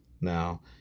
Now